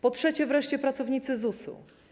Po trzecie wreszcie, pracownicy ZUS-u.